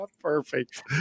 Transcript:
perfect